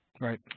Right